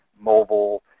mobile